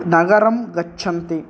नगरं गच्छन्ति